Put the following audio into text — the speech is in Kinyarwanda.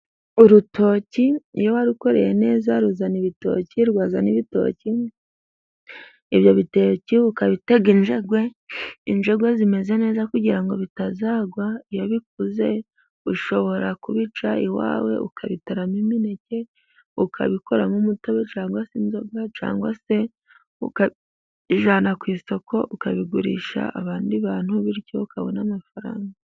Urutoki iyo warukoreye neza ruzana ibitoki, rwazana ibitoki, ibyo bitoki ukabitega injerwe, injerwe zimeze neza kugirango bitazagwa. Iyo bikuze ushobora kubica iwawe ukabitaramo imineke, ukabikoramo umutobe cyangwa se inzoga cyangwa se ukabijyana ku isoko ukabigurisha abandi bantu bityo ukabona amafaranga.